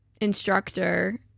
instructor